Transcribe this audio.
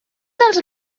dels